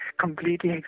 completely